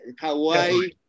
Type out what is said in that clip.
Hawaii